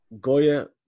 Goya